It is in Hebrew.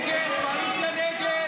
ההצעה להעביר לוועדה את הצעת